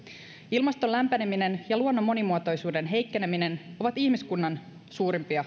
ilmaston lämpeneminen ja luonnon monimuotoisuuden heikkeneminen ovat ihmiskunnan suurimpia